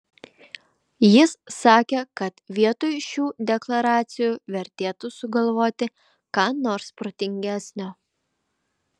jis sakė kad vietoj šių deklaracijų vertėtų sugalvoti ką nors protingesnio